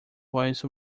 voice